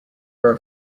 are